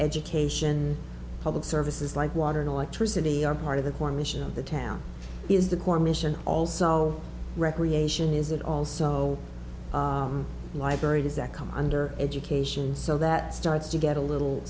education public services like water and electricity are part of the core mission of the town is the core mission also recreation is it also library does that come under education so that starts to get a little